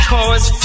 Cause